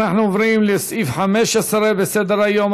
אנחנו עוברים לסעיף 15 בסדר-היום,